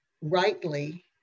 rightly